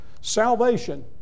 Salvation